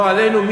לא עלינו,